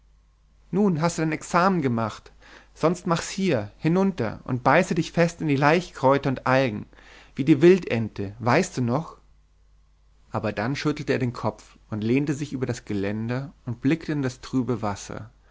nun hast du dein examen gemacht sonst mach's hier hinunter und beiße dich fest in die laichkräuter und algen wie die wildente weißt du noch aber dann schüttelte er den kopf und lehnte sich über das geländer und blickte in das trübe wasser